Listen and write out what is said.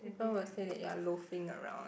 people will say that you are loafing around